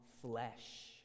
flesh